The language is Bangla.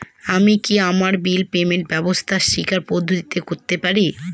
আমি কি আমার বিল পেমেন্টের ব্যবস্থা স্বকীয় পদ্ধতিতে করতে পারি?